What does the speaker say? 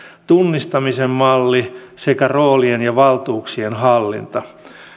tunnistamisen malli sekä roolien ja valtuuksien hallinta